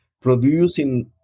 producing